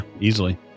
easily